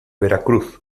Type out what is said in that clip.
veracruz